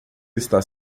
está